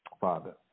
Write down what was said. Father